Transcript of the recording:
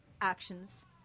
actions